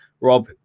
Rob